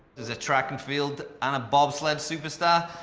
as a track and field and bobsled superstar,